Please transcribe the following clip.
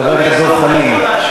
חבר הכנסת דב חנין,